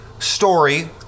story